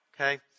Okay